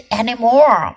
anymore